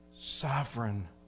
Sovereign